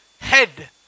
head